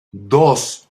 dos